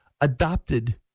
adopted